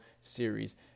series